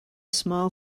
small